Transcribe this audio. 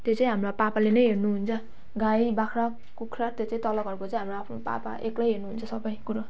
त्यो चाहिँ हाम्रो पापाले नै हेर्नु हुन्छ गाई बाख्रा कुखुरा त्यो चाहिँ तल घरको चाहिँ हाम्रो आफ्नो पापा एक्लै हेर्नु हुन्छ सबै कुरो